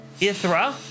Ithra